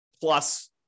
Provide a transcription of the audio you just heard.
plus